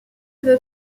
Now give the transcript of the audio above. veut